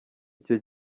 icyo